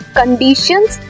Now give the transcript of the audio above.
conditions